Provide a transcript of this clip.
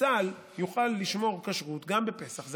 צה"ל יוכל לשמור כשרות גם בפסח.